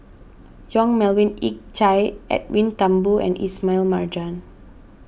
Yong Melvin Yik Chye Edwin Thumboo and Ismail Marjan